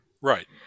Right